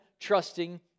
trusting